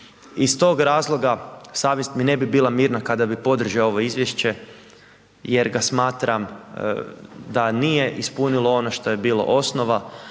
Iz tog razloga savjest mi ne bi bila mirna kada bi podržao ovo izvješće jer ga smatram da nije ispunilo ono što je bilo osnova,